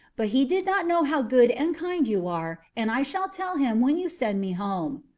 but he did not know how good and kind you are, and i shall tell him when you send me home.